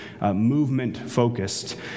movement-focused